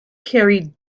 carried